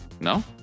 no